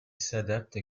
s’adaptent